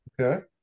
okay